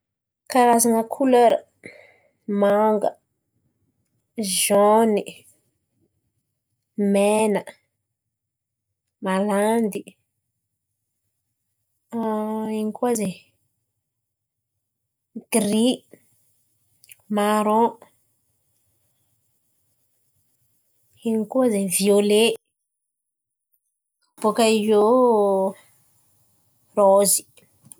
Karazana kolera: manga, zôny, mena, malandy. Ino koa zen̈y? Girÿ, maròn, ino koa zen̈y? Viôle, bòka iô rôzy.